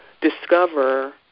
discover